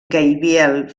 gaibiel